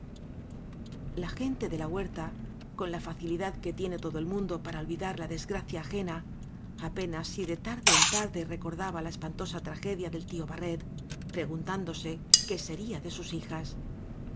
la gente de la huerta con la facilidad que tiene todo el mundo para olvidar la desgracia ijena apenas si de tarde en tarde recordaba la espantosa tragedia del tío barret pregun tándose qué sería de sus hijas